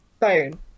phone